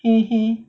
mmhmm